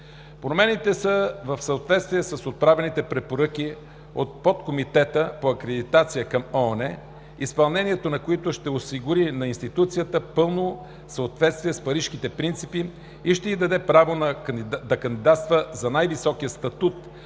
Промените са в съответствие с отправените препоръки от Подкомитета по акредитация към ООН, изпълнението на които ще осигури на институцията пълно съответствие с Парижките принципи и ще й даде право да кандидатства за най-високия статут